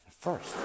First